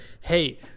hey